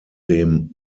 dem